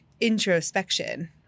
introspection